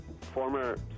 former